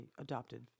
adopted